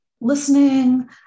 listening